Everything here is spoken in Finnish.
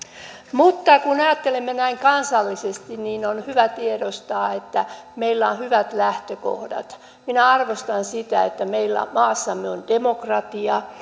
mutta kun ajattelemme näin kansallisesti niin on hyvä tiedostaa että meillä on hyvät lähtökohdat minä arvostan sitä että meillä maassamme on demokratia